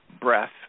Breath